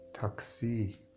Taxi